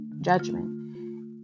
Judgment